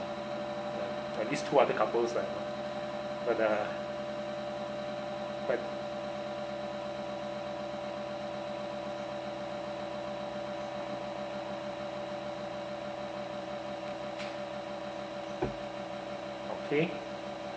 at least two other couples right but uh but okay